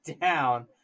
down